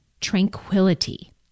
tranquility